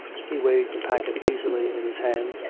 he weighed the packet easily in his hand,